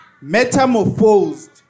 metamorphosed